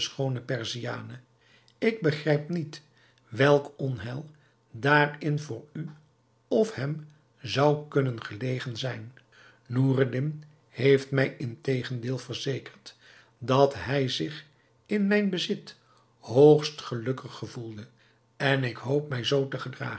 de schoone perziane ik begrijp niet welk onheil daarin voor u of hem zou kunnen gelegen zijn noureddin heeft mij integendeel verzekerd dat hij zich in mijn bezit hoogst gelukkig gevoelde en ik hoop mij zoo te gedragen